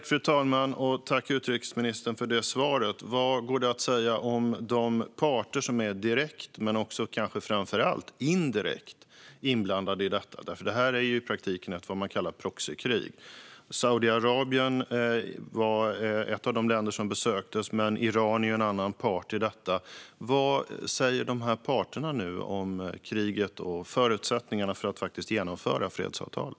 Fru talman! Jag tackar utrikesministern för detta svar. Vad går det att säga om de parter som är direkt men framför allt indirekt inblandade i detta? Detta är i praktiken det som man kallar ett proxykrig. Saudiarabien var ett av de länder som besöktes. Men Iran är en annan part i detta. Vad säger nu dessa parter om kriget och förutsättningarna för att faktiskt genomföra fredsavtalet?